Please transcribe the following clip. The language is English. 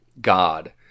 god